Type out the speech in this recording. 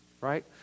right